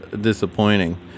disappointing